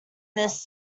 this